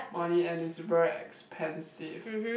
money and it's very expensive